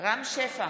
רם שפע,